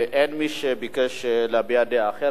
אין מי שביקש להביע דעה אחרת,